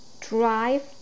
Drive